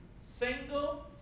single